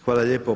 Hvala lijepo.